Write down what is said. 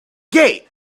gate